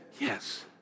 Yes